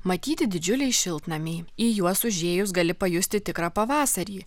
matyti didžiuliai šiltnamiai į juos užėjus gali pajusti tikrą pavasarį